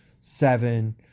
seven